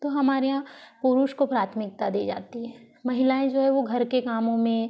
तो हमारे यहाँ पुरुष को प्राथमिकता दी जाती है महिलाएं जो है वो घर के कामों में